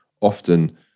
often